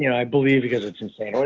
you know i believe because it's insane.